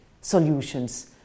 solutions